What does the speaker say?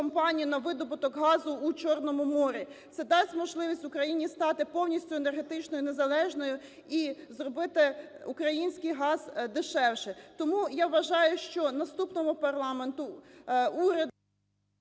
Це дасть можливість Україні стати повністю енергетичною і незалежною і зробити український газ дешевше. Тому, я вважаю, що наступному парламенту…